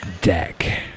deck